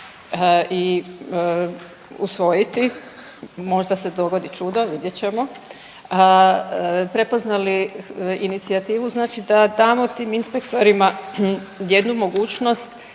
i usvojiti, možda se dogodi čudo, vidjet ćemo, prepoznali inicijativu znači da damo tim inspektorima jednu mogućnost